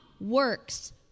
works